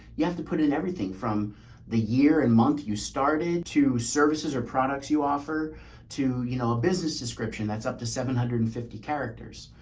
you have to put it in everything from the year and month you started to services or products you offer to, you know, a business description that's up to seven hundred and fifty characters.